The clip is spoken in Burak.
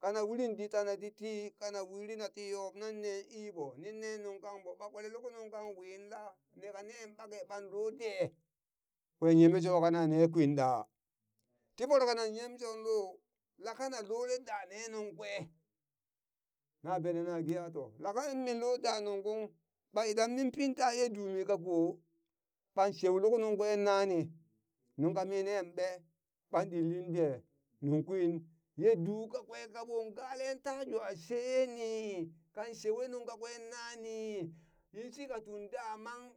Kana urin di tana titi kana uri na tiyob nan ne ii ɓo nin nen nung kang ɓo ɓa kwere luk nung kang wii la? neka nen ɓake ɓan lo de? kwen yeme sho kana nee kwin ɗa, ti voro kanan yem sho lo lat kana lole da ne nuŋ kwe na bene na ge a to la kang ni loda nun kung ɓa idan min pin taye dumi kako ɓan sheu luk nung kwe nani nuŋ kami nen ɓe? ɓan ɗinlin dee! nuŋ kwin ye du kakwe kaɓon gale ta jwa she ni kan shewe nuŋ kakwe nani! yinshi ka tun damang